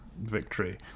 victory